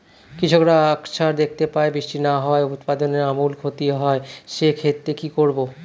কৃষকরা আকছার দেখতে পায় বৃষ্টি না হওয়ায় উৎপাদনের আমূল ক্ষতি হয়, সে ক্ষেত্রে কি করব?